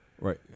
Right